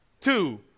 Two